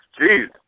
Jeez